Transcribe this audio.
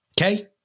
Okay